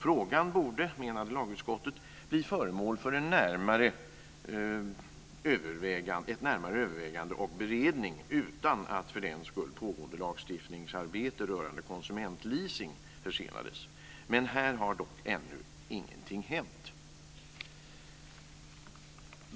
Frågan borde, menade lagutskottet, bli föremål för ett närmare övervägande och beredande utan att för den skull pågående lagstiftningsarbete rörande konsumentleasing försenades. Här har dock ännu ingenting hänt.